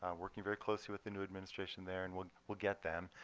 um working very closely with the new administration there, and we'll we'll get them.